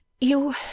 You